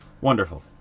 Wonderful